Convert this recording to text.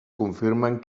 confirmen